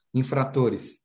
infratores